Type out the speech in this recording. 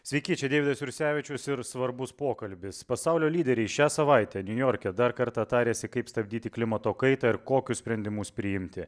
sveiki čia deividas jursevičius ir svarbus pokalbis pasaulio lyderiai šią savaitę niujorke dar kartą tarėsi kaip stabdyti klimato kaitą ir kokius sprendimus priimti